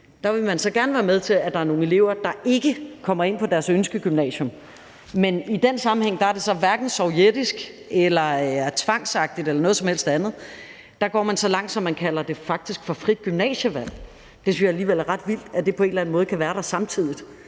i Danmark, være med til, at der er nogle elever, der ikke kommer ind på deres ønskegymnasium. Men i den sammenhæng er det hverken sovjetisk eller tvangsmæssigt eller noget som helst andet. Der går man så langt, at man faktisk kalder det frit gymnasievalg. Jeg synes alligevel, at det er ret vildt, at de to ting på en eller anden måde kan være der samtidig.